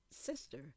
sister